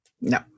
No